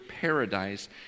paradise